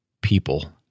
people